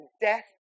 death